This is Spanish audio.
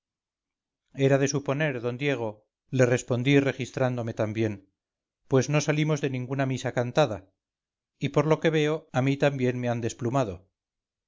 era de suponer sr d diego le respondí registrándome también pues no salimos de ninguna misa cantada y por lo que veo a mí también me han desplumado